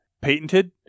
patented